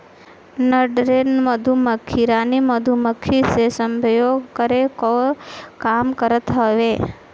नर ड्रोन मधुमक्खी रानी मधुमक्खी से सम्भोग करे कअ काम करत हवे